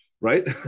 Right